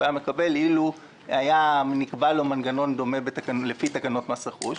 היה מקבל אילו היה נקבע לו מנגנון דומה לפי תקנות מס רכוש.